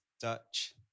Dutch